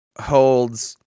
Holds